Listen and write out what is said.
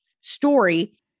story